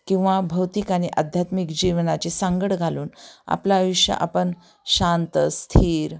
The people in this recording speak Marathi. किंवा भौतिक आणि आध्यात्मिक जीवनाची सांगड घालून आपलं आयुष्य आपण शांत स्थिर